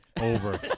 Over